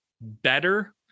better